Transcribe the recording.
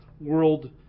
world